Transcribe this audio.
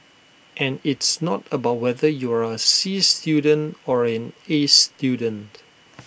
and it's not about whether you are A C student or an A student